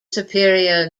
superior